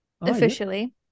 officially